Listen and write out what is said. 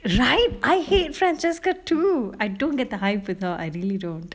right I hate francesca too I don't get the hype with her I really don't